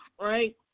right